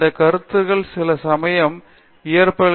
அந்த கருத்துக்கள் சில சமயம் இயற்பியலுக்கு பயன்படும்